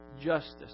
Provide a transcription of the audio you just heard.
justice